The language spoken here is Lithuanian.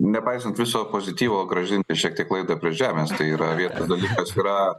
nepaisant viso pozityvo grąžinti šiek tiek laidą prie žemės tai yra vienas dalykas yra